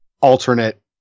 alternate